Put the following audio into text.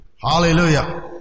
Hallelujah